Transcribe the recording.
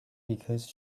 because